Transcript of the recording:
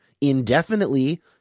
indefinitely